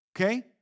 okay